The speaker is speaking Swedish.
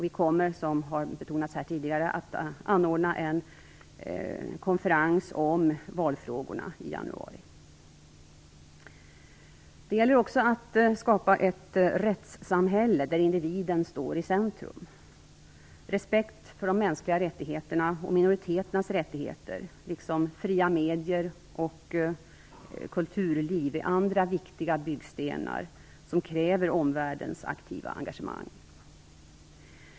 Vi kommer, som har sagts här tidigare, att anordna en konferens om valfrågorna i januari. Det gäller också att skapa ett rättssamhälle där individen står i centrum. Respekt för de mänskliga rättigheterna och för minoriteternas rättigheter är, liksom fria medier och ett fritt kulturliv, andra viktiga byggstenar som kräver omvärldens aktiva engagemang.